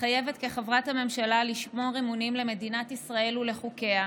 מתחייבת כחברת הממשלה לשמור אמונים למדינת ישראל ולחוקיה,